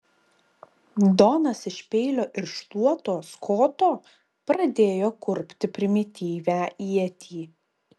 donas iš peilio ir šluotos koto pradėjo kurpti primityvią ietį